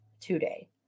today